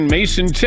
Mason